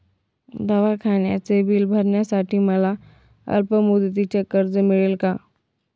दवाखान्याचे बिल भरण्यासाठी मला अल्पमुदतीचे कर्ज मिळेल का?